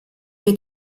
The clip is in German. wir